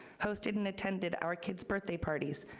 hosted and attended our kids' birthday parties,